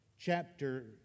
chapter